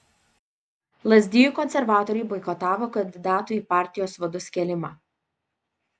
lazdijų konservatoriai boikotavo kandidatų į partijos vadus kėlimą